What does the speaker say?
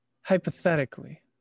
hypothetically